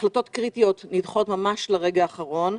החלטות קריטיות נדחות ממש לרגע האחרון,